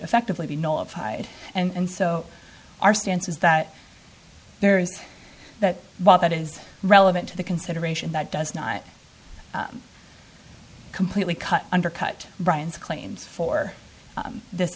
effectively be notified and so our stance is that there is that while that is relevant to the consideration that does not completely cut undercut brian's claims for this